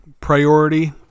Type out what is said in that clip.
priority